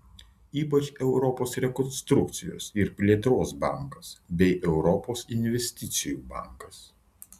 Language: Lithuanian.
ypač europos rekonstrukcijos ir plėtros bankas bei europos investicijų bankas